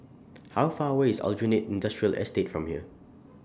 How Far away IS Aljunied Industrial Estate from here